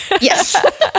Yes